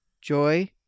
joy